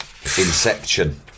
Inception